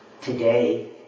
today